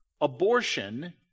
Abortion